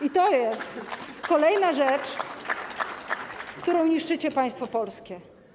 I to jest kolejna rzecz, którą niszczycie państwo polskie.